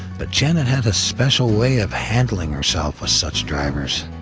but janet had a special way of handling herself with such drivers.